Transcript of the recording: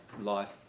life